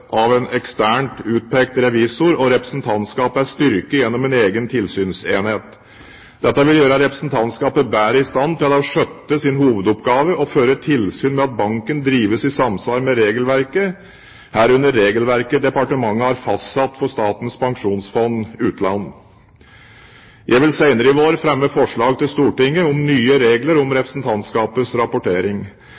av en eksternt utpekt revisor, og representantskapet er styrket gjennom en egen tilsynsenhet. Dette vil gjøre representantskapet bedre i stand til å skjøtte sin hovedoppgave og føre tilsyn med at banken drives i samsvar med regelverket, herunder regelverket departementet har fastsatt for Statens pensjonsfond utland. Jeg vil senere i vår fremme forslag til Stortinget om nye regler om